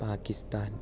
Pakistan